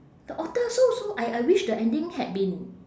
the author so so I I wish the ending had been